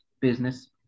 business